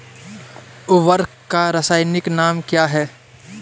उर्वरक का रासायनिक नाम क्या है?